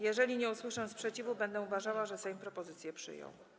Jeżeli nie usłyszę sprzeciwu, będę uważała, że Sejm propozycję przyjął.